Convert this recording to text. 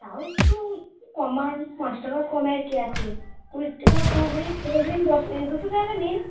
তাও একটু কমান পাঁচ টাকা কমে আর কী আছে কুড়ি টাকা পুরোপুরি ছেড়ে দিন দশ দুশো টাকা নিন